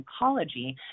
oncology